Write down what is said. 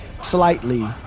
slightly